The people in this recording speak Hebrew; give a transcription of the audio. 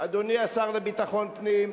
אדוני השר לביטחון פנים,